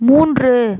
மூன்று